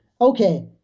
okay